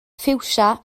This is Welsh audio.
ffiwsia